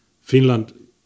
Finland